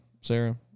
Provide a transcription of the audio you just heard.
Sarah